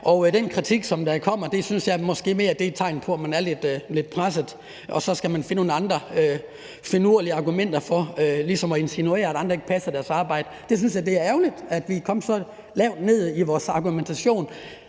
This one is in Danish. at den kritik, der bliver fremført, er et tegn på, at man er lidt presset, og så skal man finde nogle andre finurlige argumenter for ligesom at insinuere, at andre ikke passer deres arbejde. Jeg synes, det er ærgerligt, at vi er sunket så dybt i vores argumentation,